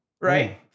Right